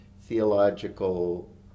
theological